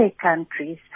countries